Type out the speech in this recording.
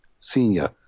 Senior